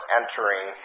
entering